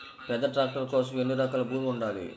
పెద్ద ట్రాక్టర్ కోసం ఎన్ని ఎకరాల భూమి ఉండాలి?